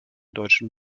deutschen